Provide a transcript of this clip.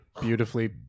beautifully